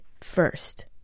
first